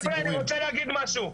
רונן, אני רוצה להגיד משהו,